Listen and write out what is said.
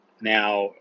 Now